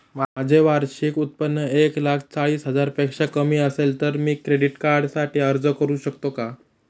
माझे वार्षिक उत्त्पन्न एक लाख चाळीस हजार पेक्षा कमी असेल तर मी क्रेडिट कार्डसाठी अर्ज करु शकतो का?